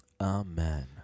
Amen